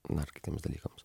na ar kitiems dalykams